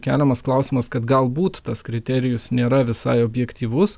keliamas klausimas kad galbūt tas kriterijus nėra visai objektyvus